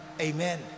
Amen